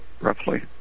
roughly